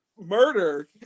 Murder